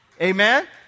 Amen